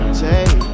take